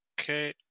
Okay